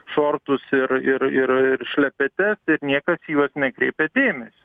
šortus ir ir ir ir šlepete niekas į juos nekreipia dėmesio